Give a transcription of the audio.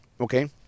okay